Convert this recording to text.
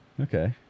Okay